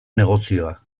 negozioa